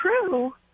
true